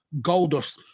Goldust